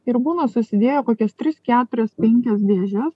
ir būna susidėjo kokias tris keturias penkias dėžes